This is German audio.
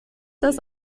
das